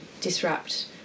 disrupt